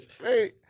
Hey